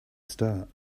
start